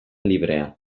librea